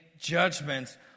judgments